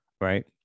right